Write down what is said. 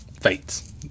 Fates